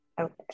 Okay